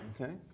okay